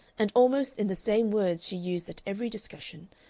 and almost in the same words she used at every discussion,